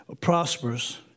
prosperous